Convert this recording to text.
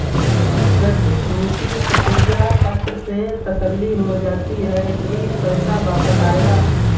प्रतिभूति प्रतिज्ञा पत्र से तसल्ली हो जाती है की पैसा वापस आएगा